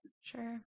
Sure